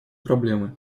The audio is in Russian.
проблемы